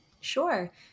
Sure